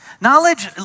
Knowledge